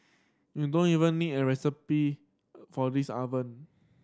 you don't even need an recipe for this oven